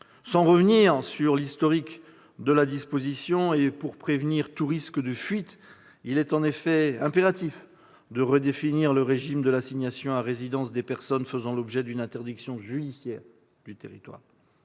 sans revenir sur l'historique de la disposition, et pour prévenir tout risque de fuite, il est en effet impératif de redéfinir le régime de l'assignation à résidence des personnes faisant l'objet d'une interdiction judiciaire du territoire.